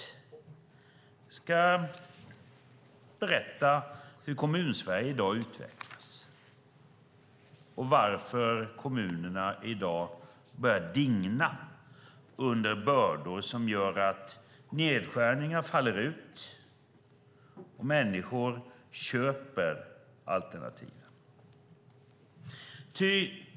Jag ska berätta hur Kommunsverige i dag utvecklas och varför kommunerna börjar digna under bördor som gör att nedskärningar faller ut och människor köper alternativ.